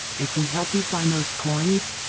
if we help you find those coins,